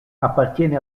appartiene